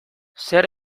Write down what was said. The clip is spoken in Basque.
zer